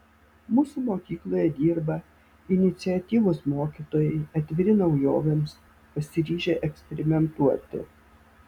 mūsų mokykloje dirba iniciatyvūs mokytojai atviri naujovėms pasiryžę eksperimentuoti